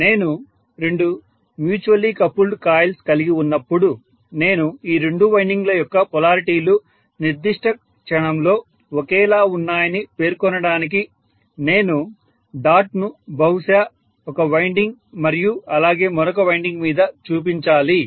నేను రెండు mutually coupled coils కలిగి ఉన్నప్పుడు నేను ఈ రెండు వైండింగ్ల యొక్క పొలారిటీలు నిర్దిష్ట క్షణంలో ఒకేలా ఉన్నాయని పేర్కొనడానికి నేను డాట్ను బహుశా ఒక వైండింగ్ మరియు అలాగే మరొక వైండింగ్ మీద చూపించాలి